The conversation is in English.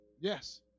Yes